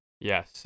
Yes